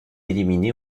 éliminée